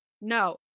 no